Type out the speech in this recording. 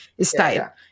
style